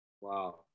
Wow